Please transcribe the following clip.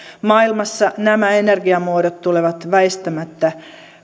maailmassa nämä energiamuodot tulevat väistämättä